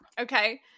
Okay